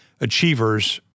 Achievers